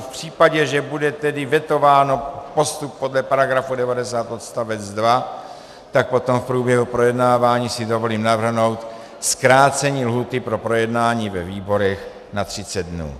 V případě, že bude tedy vetován postup podle § 90 odst. 2, tak potom v průběhu projednávání si dovolím navrhnout zkrácení lhůty pro projednání ve výborech na 30 dnů.